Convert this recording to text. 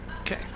Okay